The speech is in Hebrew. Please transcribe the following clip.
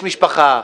יש משפחה,